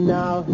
now